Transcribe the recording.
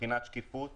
מבחינת שקיפות